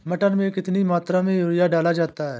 मटर में कितनी मात्रा में यूरिया डाला जाता है?